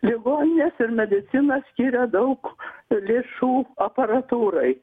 ligoninės ir medicina skiria daug lėšų aparatūrai